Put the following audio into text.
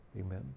Amen